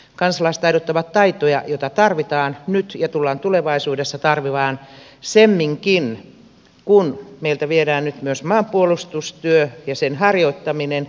kansalaistaidot ovat taitoja joita tarvitaan nyt ja tullaan tulevaisuudessa tarvitsemaan semminkin kun meiltä viedään nyt myös maanpuolustustyö ja sen harjoittaminen